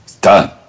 Done